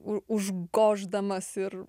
u užgoždamas ir